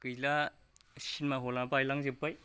गैला सिनेमा हला बायलांजोबबाय